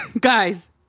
Guys